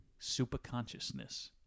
Superconsciousness